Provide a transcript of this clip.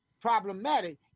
problematic